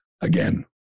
Again